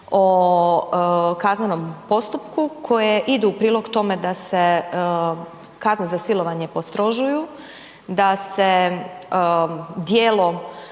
o kaznenom postupku koje idu u prilog tome da se kazne za silovanje postrožuju, da se djelo